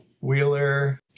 Wheeler